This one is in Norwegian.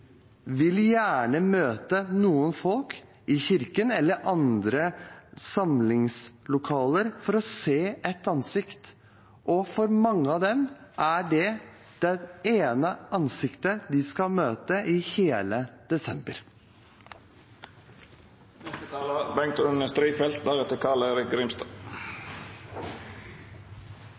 gjerne vil møte noen folk i kirken eller andre samlingslokaler for å se et ansikt. For mange av dem er det det ene ansiktet de skal møte i hele desember.